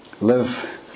Live